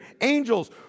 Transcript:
angels